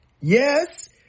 Yes